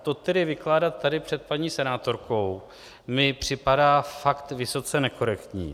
To tedy vykládat tady před paní senátorkou mně připadá fakt vysoce nekorektní.